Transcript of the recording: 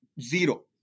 zero